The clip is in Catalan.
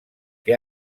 que